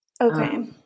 Okay